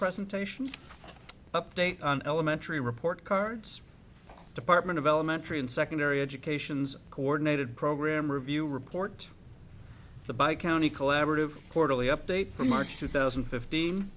presentation update an elementary report cards department of elementary and secondary education coordinated program review report the by county collaborative quarterly update from march two thousand and fifteen